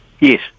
Yes